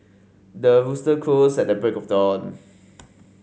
the rooster crows at the break of dawn